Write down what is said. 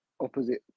opposite